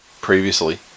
previously